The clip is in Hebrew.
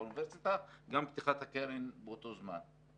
באוניברסיטה ופתיחת הקרן צריכה להיות באותו זמן.